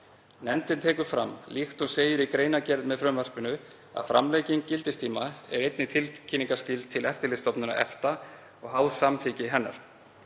Nefndin tekur fram, líkt og segir í greinargerð með frumvarpinu, að framlenging gildistíma er einnig tilkynningarskyld til Eftirlitsstofnunar EFTA og háð samþykki hennar.